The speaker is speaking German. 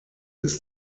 ist